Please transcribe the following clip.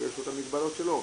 יש לו את המגבלות שלו.